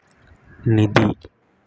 நிதி